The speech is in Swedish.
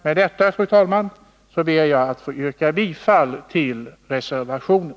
Med detta ber jag, fru talman, att få yrka bifall till reservationen.